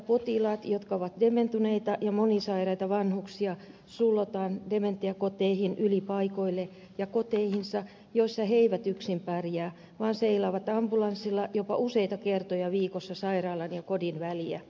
potilaat jotka ovat dementoituneita ja monisairaita vanhuksia sullotaan dementiakoteihin ylipaikoille ja koteihinsa joissa he eivät yksin pärjää vaan seilaavat ambulanssilla jopa useita kertoja viikossa sairaalan ja kodin väliä